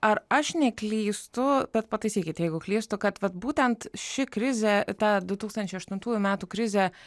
ar aš neklystu bet pataisykit jeigu klystu kad vat būtent ši krizė ta du tūkstančiai aštuntųjų metų krizę